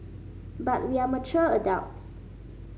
but we are mature adults